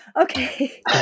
Okay